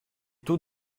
taux